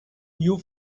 you